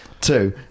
Two